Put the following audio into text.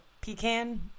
pecan